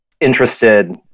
interested